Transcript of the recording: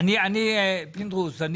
פינדרוס,